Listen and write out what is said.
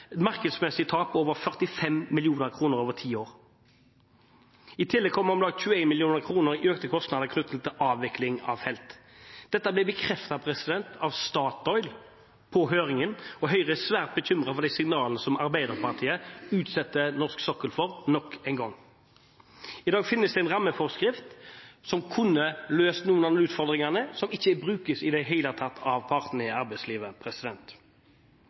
markedsmessig tap på over 45 mrd. kr over ti år. I tillegg kommer om lag 21 mrd. kr i økte kostnader knyttet til avvikling av felt. Dette blir bekreftet av Statoil på høringen, og Høyre er svært bekymret for de signalene som Arbeiderpartiet utsetter norsk sokkel for nok en gang. I dag finnes det en rammeforskrift som kunne løst noen av utfordringene, som ikke brukes i det hele tatt av partene i arbeidslivet.